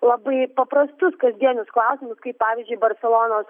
labai paprastus kasdienius klausimus kaip pavyzdžiui barselonos